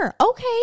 Okay